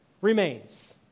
remains